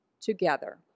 together